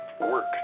work